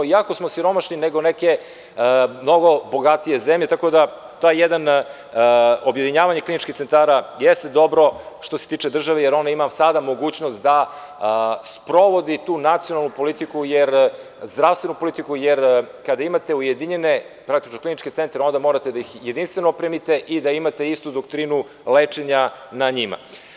Jako smo siromašni, nego neke mnogo bogatije zemlje, tako objedinjavanje kliničkih centara jeste dobro, što se tiče države, jer ona sada ima mogućnost da sprovodi tu nacionalnu politiku, zdravstvenu politiku, jer kada imate ujedinjene kliničke centre, onda morate da ih jedinstveno opremite i da imate istu doktrinu lečenja na njima.